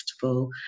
comfortable